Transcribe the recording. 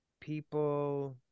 people